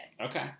Okay